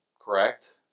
correct